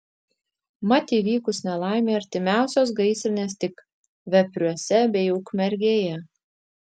mat įvykus nelaimei artimiausios gaisrinės tik vepriuose bei ukmergėje